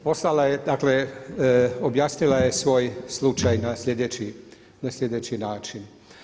Poslala je dakle, objasnila je svoj slučaj na slijedeći način.